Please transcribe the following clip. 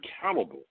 accountable